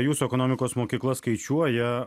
jūsų ekonomikos mokykla skaičiuoja